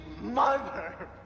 mother